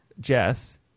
Jess